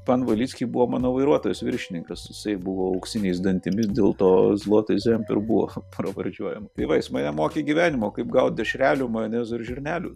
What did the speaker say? pan vilickij buvo mano vairuotojas viršininkas jisai buvo auksiniais dantimis dėl to zlotais ir buvo pravardžiuojama tai va jis mane mokė gyvenimo kaip gaut dešrelių majonezo ir žirnelių